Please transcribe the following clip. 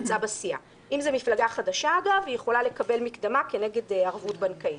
אם זו מפלגה חדשה היא יכולה לקבל מקדמה כנגד ערבות בנקאית.